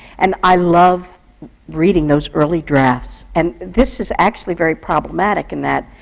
and i love reading those early drafts. and this is actually very problematic in that,